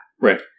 Right